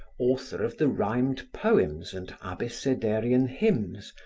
author of the rhymed poems and abecedarian hymns,